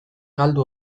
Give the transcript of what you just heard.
galdu